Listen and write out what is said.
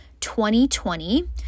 2020